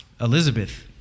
Elizabeth